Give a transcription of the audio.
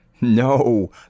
No